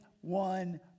One